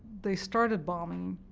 they started bombing,